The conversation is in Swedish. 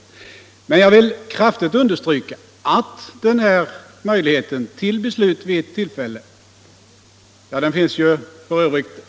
För vår del har vi kraftigt understrukit att möjligheten till beslut vid ett tillfälle, som f.ö.